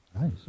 Nice